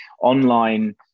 online